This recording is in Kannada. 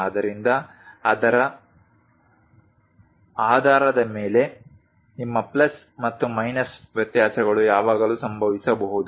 ಆದ್ದರಿಂದ ಅದರ ಆಧಾರದ ಮೇಲೆ ನಿಮ್ಮ ಪ್ಲಸ್ ಮತ್ತು ಮೈನಸ್ ವ್ಯತ್ಯಾಸಗಳು ಯಾವಾಗಲೂ ಸಂಭವಿಸಬಹುದು